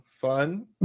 Fun